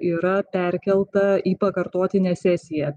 yra perkelta į pakartotinę sesiją